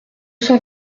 cent